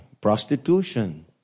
prostitution